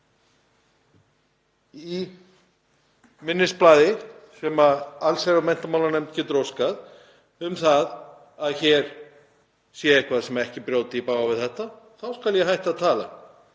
í minnisblaði, sem allsherjar- og menntamálanefnd getur óskað eftir, að hér sé eitthvað sem ekki brjóti í bága við þetta. Þá skal ég hætta að tala.